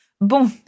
Bon